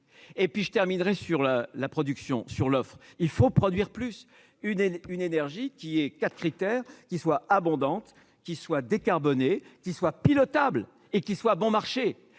et puis je terminerai sur la la production sur l'offre, il faut produire plus une une énergie qui est quatre critères qui soient abondante qui soit décarbonnée qui soit pilotable et qu'qui soit bon marché